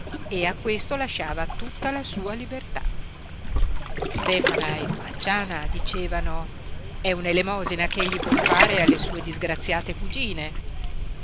e a questo lasciava tutta la sua libertà stefana e pacciana dicevano è un'elemosina ch'egli vuol fare alle sue disgraziate cugine